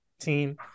team